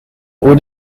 would